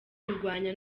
kurwanya